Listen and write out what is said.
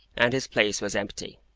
and his place was empty.